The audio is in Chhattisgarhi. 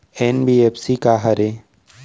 एन.बी.एफ.सी का हरे?